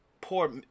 poor